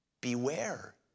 Beware